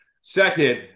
second